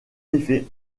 effet